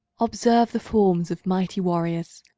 observe the forms of mighty warriors,